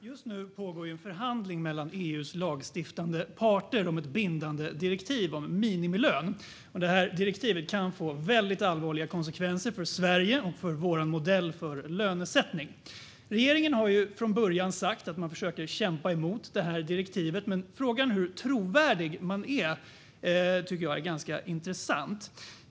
Fru talman! Just nu pågår en förhandling mellan EU:s lagstiftande parter om ett bindande direktiv om minimilön. Direktivet kan få väldigt allvarliga konsekvenser för Sverige och för vår modell för lönesättning. Regeringen har från början sagt att man försöker kämpa mot det här direktivet, men frågan hur trovärdig man är tycker jag är ganska intressant.